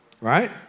Right